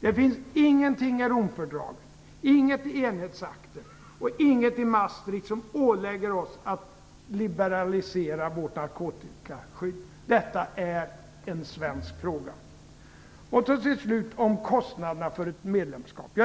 Det finns inget i Romfördraget, inget i Enhetsakten och inget i Maastrichtavtalet som ålägger oss i Sverige att liberalisera vårt narkotikaskydd. Detta är en svensk fråga. Till slut vill jag komma till kostnaderna för ett medlemskap.